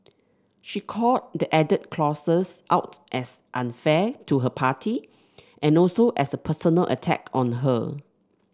she called the added clauses out as unfair to her party and also as a personal attack on her